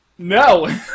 No